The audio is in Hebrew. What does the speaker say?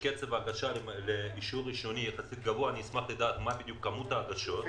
אני אשמח לדעת מה כמות ההגשות.